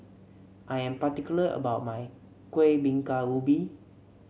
I am particular about my Kuih Bingka Ubi